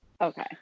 Okay